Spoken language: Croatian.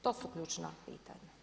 To su ključna pitanja.